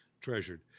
treasured